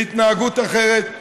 להתנהגות אחרת,